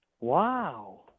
Wow